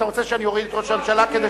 אתה רוצה שאני אוריד את ראש הממשלה כדי